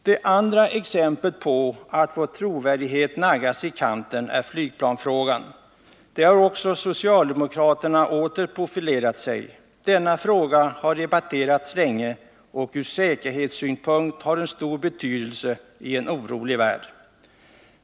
Det andra exemplet på att vår trovärdighet kan naggas i kanten är flygplansfrågan. Där har socialdemokraterna åter profilerat sig. Denna fråga har debatterats länge, och ur säkerhetssynpunkt har den stor betydelse i en orolig värld.